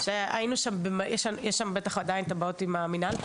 שהיינו שם ובטח עדיין יש שם את הבעיות עם המינהל,